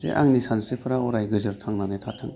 जे आंनि सानस्रिफोरा अराय गोजोर थांनानै थाथों